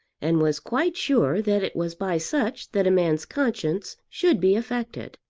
and was quite sure that it was by such that a man's conscience should be affected.